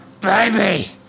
baby